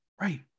right